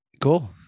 cool